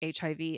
HIV